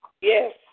Yes